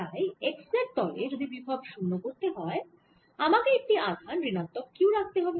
তাই x z তলে যদি বিভব শুন্য করতে হয় আমাকে একটি আধান ঋণাত্মক q রাখতে হবে